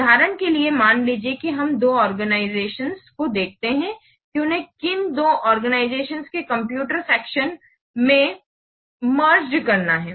उदाहरण के लिए मान लीजिए कि हम दो ऑर्गनिज़तिओन्स को देखते हैं कि उन्हें किन दो ऑर्गनिज़तिओन्स के कंप्यूटर सेक्शन में मेर्गेड करना है